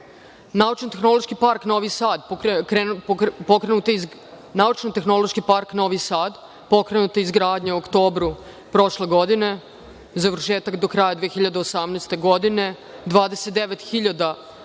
naučnotehnološki park Novi Sad, pokrenuta je izgradnja u oktobru prošle godine, završetak do kraja 2018. godine, 29 hiljada